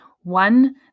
One